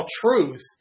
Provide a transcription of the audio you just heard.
truth